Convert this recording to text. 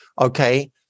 Okay